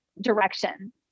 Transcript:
direction